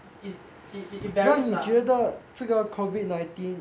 is it it varies lah